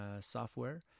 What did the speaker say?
software